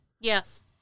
Yes